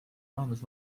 raames